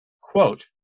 Quote